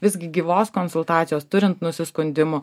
visgi gyvos konsultacijos turint nusiskundimų